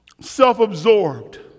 self-absorbed